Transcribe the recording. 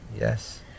Yes